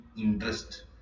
interest